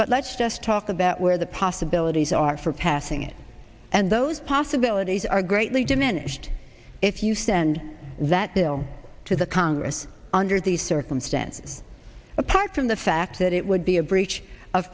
but let's just talk about where the possibilities are for passing it and those possibilities are greatly diminished if you send that bill to the congress under these circumstances apart from the fact that it would be a breach of